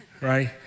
right